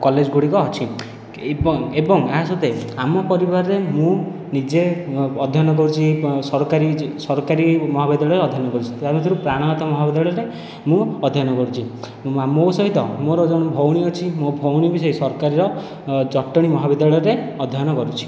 college ଗୁଡ଼ିକ ଅଛି ଏବଂ ଏହା ସତ୍ତ୍ଵେ ଆମ ପରିବାରରେ ମୁଁ ନିଜେ ଅଧ୍ୟୟନ କରୁଛି ସରକାରୀ ମହାବିଦ୍ୟାଳୟରେ ଅଧ୍ୟୟନ କରୁଛି ତା ଭିତରୁ ପ୍ରାଣନାଥ ମହାବିଦ୍ୟାଳୟରେ ମୁଁ ଅଧ୍ୟୟନ କରୁଛି ମୋ ସହିତ ମୋର ଜଣେ ଭଉଣୀ ଅଛି ମୋ ଭଉଣୀ ବି ସେ ସରକାରର ଜଟଣୀ ମହାବିଦ୍ୟାଳୟରେ ଅଧ୍ୟୟନ କରୁଛି